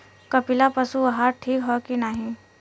कपिला पशु आहार ठीक ह कि नाही?